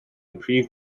prif